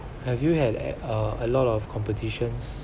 have you had at uh a lot of competitions